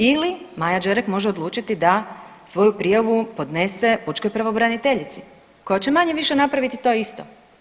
Ili Maja Đerek može odlučiti da svoju prijavu podnese pučkoj pravobraniteljici koja će manje-više napraviti to isto.